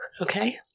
Okay